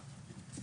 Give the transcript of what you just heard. (שקף: